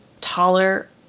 taller